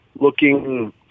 looking